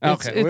Okay